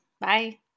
Bye